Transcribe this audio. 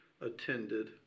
attended